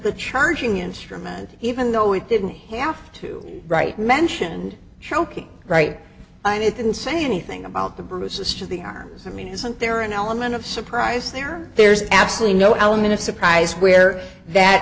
the charging instrument even though it didn't have to write mentioned shoki right and it didn't say anything about the bruises to the arms i mean isn't there an element of surprise there there's absolutely no element of surprise where that